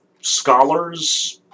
scholars